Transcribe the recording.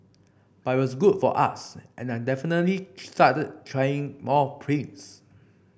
but it was good for us and I definitely started trying more prints